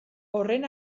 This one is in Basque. horren